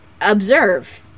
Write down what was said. observe